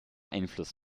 einfluss